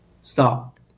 Stop